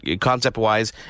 concept-wise